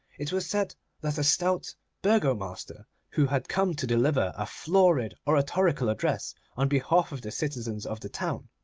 it was said that a stout burgo-master, who had come to deliver a florid oratorical address on behalf of the citizens of the town,